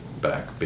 back